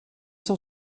cent